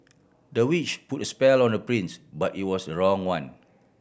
the witch put a spell on the prince but it was the wrong one